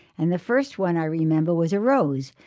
and the first one i remember was a rose.